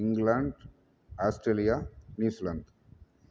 England Australia New Zealand